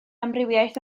amrywiaeth